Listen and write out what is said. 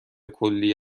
کلی